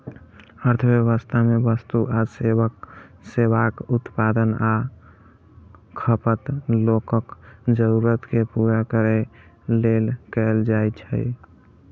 अर्थव्यवस्था मे वस्तु आ सेवाक उत्पादन आ खपत लोकक जरूरत कें पूरा करै लेल कैल जाइ छै